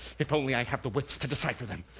if only i have the wits to decipher them.